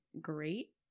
great